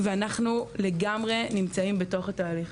אנחנו נמצאים לגמרי בתוך התהליך.